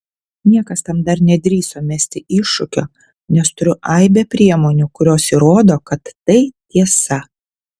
niekas tam dar nedrįso mesti iššūkio nes turiu aibę priemonių kurios įrodo kad tai tiesa